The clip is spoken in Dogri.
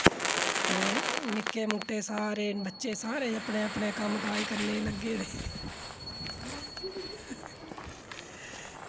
ते निक्के मुट्टे सारे बच्चे सारे अपने अपने कम्म काज करने गी लग्गे दे